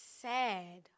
sad